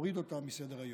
ותוריד אותה מסדר-היום.